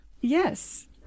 Yes